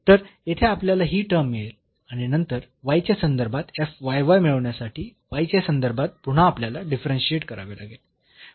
तर येथे आपल्याला ही टर्म मिळेल आणि नंतर च्या संदर्भात मिळविण्यासाठी च्या संदर्भात पुन्हा आपल्याला डिफरन्शियेट करावे लागेल